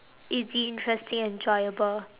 easy interesting enjoyable